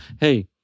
hey